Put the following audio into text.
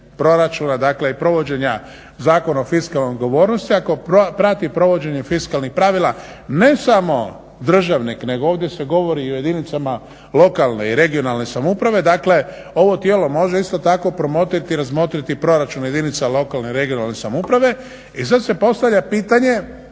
proračuna, dakle i provođenja Zakona o fiskalnoj odgovornosti, ako prati provođenje fiskalnih pravila ne samo državnik nego ovdje se govori i o jedinicama lokalne i regionalne samouprave. Dakle, ovo tijelo može isto tako promotriti, razmotriti proračun jedinica lokalne i regionalne samouprave. I sad se postavlja pitanje